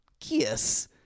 kiss